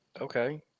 Okay